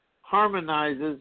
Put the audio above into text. harmonizes